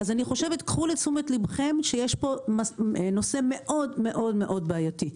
קחו לתשומת לב שיש פה נושא מאוד מאוד בעייתי.